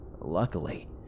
Luckily